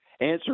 Answer